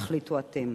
ותחליטו אתם.